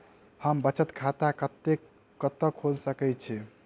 हम बचत खाता कतऽ खोलि सकै छी?